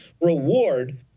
reward